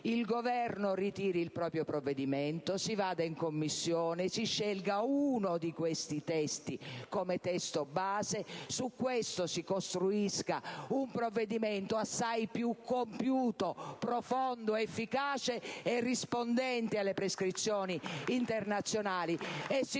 Il Governo ritiri il proprio provvedimento, si vada in Commissione, si scelga uno di questi testi come testo base, su questo si costruisca un provvedimento assai più compiuto, profondo, efficace e rispondente alle prescrizioni internazionali